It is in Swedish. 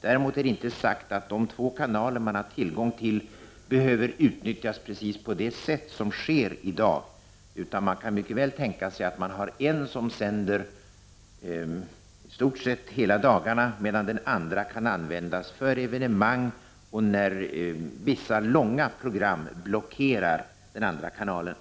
Däremot är det inte sagt att de två kanaler som man har tillgång till behöver utnyttjas precis på det sätt som sker i dag. Man kan mycket väl ha en kanal som sänder i stort sett hela dagarna och en annan som kan användas för evenemang och när vissa långa program blockerar den andra kanalen.